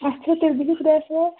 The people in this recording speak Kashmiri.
اچھا تیٚلہِ بیٚہِو خۄدایَس حوال